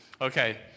Okay